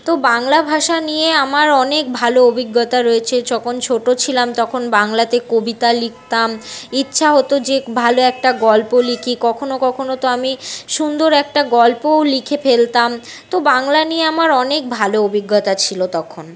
তো বাংলা ভাষা নিয়ে আমার অনেক ভালো অভিজ্ঞতা রয়েছে যখন ছোটো ছিলাম তখন বাংলাতে কবিতা লিখতাম ইচ্ছা হতো যে ভালো একটা গল্প লিখি কখনও কখনও তো আমি সুন্দর একটা গল্পও লিখে ফেলতাম তো বাংলা নিয়ে আমার অনেক ভালো অভিজ্ঞতা ছিল তখন